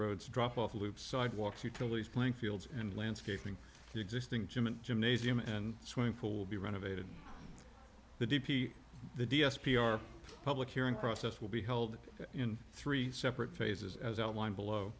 roads drop off loop sidewalks utilities playing fields and landscaping the existing gym and gymnasium and swimming pool will be renovated the d p the d s p our public hearing process will be held in three separate phases as outlined below